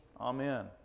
Amen